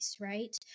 right